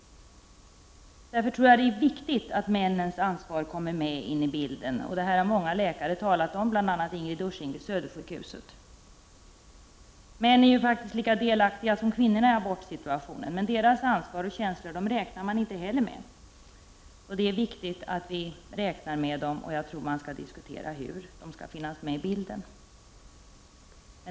Därför tror jag att det är viktigt att männens ansvar kommer med i bilden. Det här har många läkare talat om, bl.a. Ingrid Ursing vid Södersjukhuset. Männen är ju faktiskt lika delaktiga som kvinnorna i en abortsituation. Männens ansvar och känslor räknas dock inte. Det är viktigt att vi räknar med dessa. Jag tror att vi skall diskutera hur sådant kommer med i bilden.